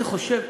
אני חושב,